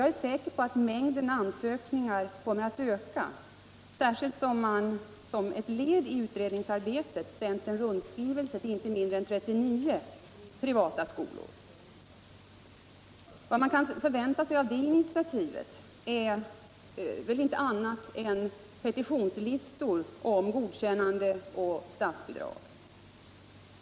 Jag är säker på att mängden ansökningar kommer att öka, särskilt då man som ett led i utredningsarbetet sänt en rundskrivelse till inte mindre än 39 privata skolor. Vad som kan förväntas av det initiativet är väl inte annat än petitionslistor om godkännande och statsbidrag.